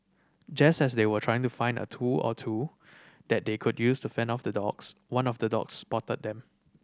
just as they were trying to find a tool or two that they could use to fend off the dogs one of the dogs spotted them